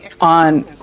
on